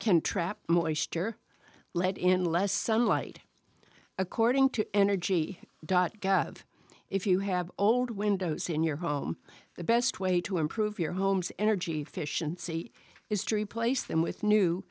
can trap moisture lead in less sunlight according to energy dot gov if you have old windows in your home the best way to improve your home's energy efficiency is to replace them with new